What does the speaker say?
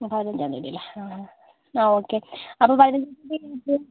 പതിനഞ്ചാം തിയ്യതിയല്ലേ ആ ഓക്കേ അപ്പോൾ പതിനഞ്ചാം തിയ്യതി നിങ്ങൾക്ക്